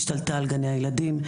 השתלטה על גני-הילדים,